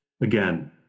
Again